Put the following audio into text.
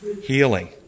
Healing